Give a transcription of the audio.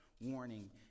warning